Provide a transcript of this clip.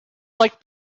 liked